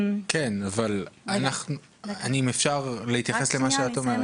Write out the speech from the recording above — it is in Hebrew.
כן, אבל אנחנו, אם אפשר להתייחס למה שאת אומרת?